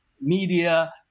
media